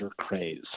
craze